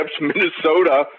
Minnesota